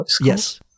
Yes